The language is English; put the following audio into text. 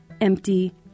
empty